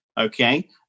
Okay